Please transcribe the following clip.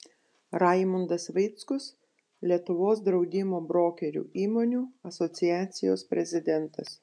raimundas vaickus lietuvos draudimo brokerių įmonių asociacijos prezidentas